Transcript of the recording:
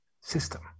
system